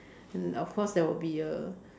and of course there will be a